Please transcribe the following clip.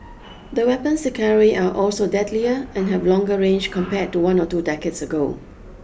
the weapons they carry are also deadlier and have longer range compared to one or two decades ago